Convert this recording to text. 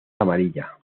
amarilla